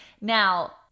Now